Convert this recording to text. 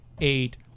eight